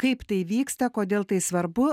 kaip tai vyksta kodėl tai svarbu